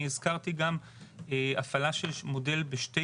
אני הזכרתי גם הפעלה של מודל בשני